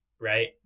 right